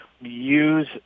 use